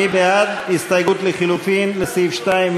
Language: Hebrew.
מי בעד ההסתייגות לחלופין לסעיף 2?